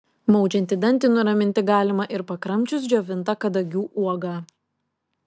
maudžiantį dantį nuraminti galima ir pakramčius džiovintą kadagių uogą